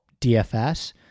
DFS